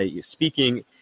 speaking